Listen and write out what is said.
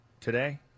today